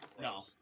no